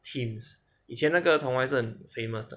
teams 以前那个 team 很 famous 的